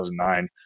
2009